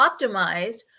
optimized